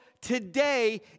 today